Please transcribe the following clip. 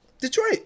Detroit